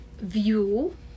view